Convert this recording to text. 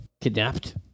kidnapped